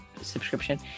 subscription